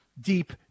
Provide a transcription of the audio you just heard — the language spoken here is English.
deep